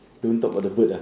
don't talk about the bird ah